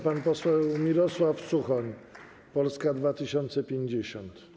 Pan poseł Mirosław Suchoń, Polska 2050.